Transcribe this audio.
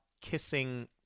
kissing